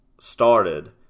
started